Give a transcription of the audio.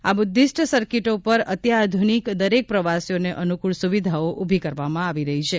આ બુદ્ધિસ્ટ સર્કિટો પર અત્યાધુનિક દરેક પ્રવાસીઓને અનુકૂળ સુવિધાઓ ઊભી કરવામાં આવી રહી છે